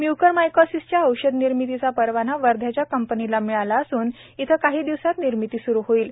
म्य्कर मायकोसिसच्या औषधनिर्मितीचा परवाना वध्याच्या कंपनीला मिळाला असून येथे काही दिवसात निर्मिती स्रू होईल